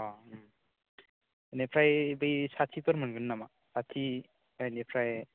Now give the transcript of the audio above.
अ बेनिफ्राय बै साथिफोर मोनगोन नामा साथि बेनिफ्राय